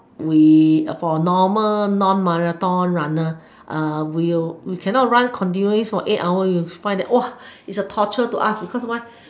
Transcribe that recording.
we for normal non marathon runner will we cannot run continuously for eight hour we find that is a torture to us because why